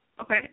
Okay